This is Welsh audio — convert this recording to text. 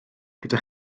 gyda